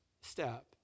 step